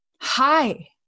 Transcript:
Hi